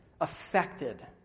affected